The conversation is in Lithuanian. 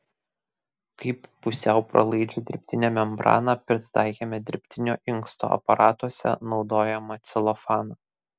kaip pusiau pralaidžią dirbtinę membraną pritaikėme dirbtinio inksto aparatuose naudojamą celofaną